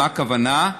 למה הכוונה?